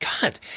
God